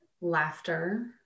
laughter